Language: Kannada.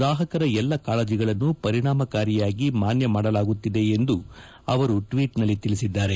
ಗ್ರಾಹಕರ ಎಲ್ಲ ಕಾಳಜಿಗಳನ್ನು ಪರಿಣಾಮಕಾರಿಯಾಗಿ ಮಾನ್ಯ ಮಾಡಲಾಗುತ್ತಿದೆ ಎಂದು ಅವರು ಟ್ಟೀಟ್ನಲ್ಲಿ ತಿಳಿಸಿದ್ದಾರೆ